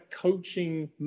coaching